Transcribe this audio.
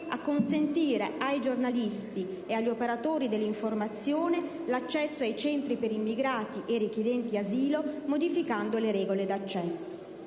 a consentire ai giornalisti e agli operatori dell'informazione l'accesso ai centri per immigrati e richiedenti asilo, modificando le regole d'accesso».